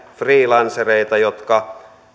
freelancereita jotka